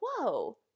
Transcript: whoa